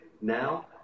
now